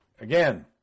again